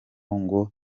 ngo